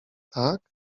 tak